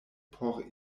por